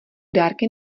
dárky